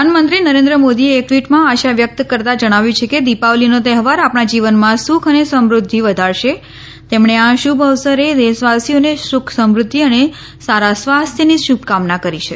પ્રધાનમંત્રી નરેન્દ્ર મોદીએ એક ટ્વીટમાં આશા વ્યક્ત કરતાં જણાવ્યું છે કે દીપાવલીનો તહેવાર આપણા જીવનમાં સુખ અને સમૃદ્ધિ વધારશે તેમણે આ શુભ અવસરે દેશવાસીઓને સુખ સમૃદ્ધિ અને સારા સ્વાસ્થ્યની શુભકામના કરી છે